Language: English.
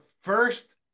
first